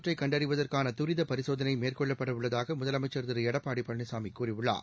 தொற்றைகண்டறிவதற்கானதுரிதபரிசோதனைமேற்கொள்ளப்படஉள்ளதாகமுதலமைச்ச்திருளடப்பாடி பழனிசாமிகூறியுள்ளார்